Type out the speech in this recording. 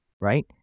Right